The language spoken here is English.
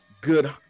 good